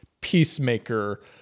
Peacemaker